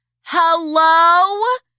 Hello